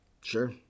Sure